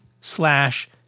slash